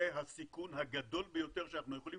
הסיכון הגדול ביותר שאנחנו יכולים